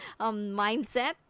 mindset